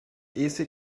easy